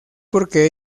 porque